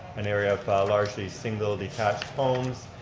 an area of largely single detached homes.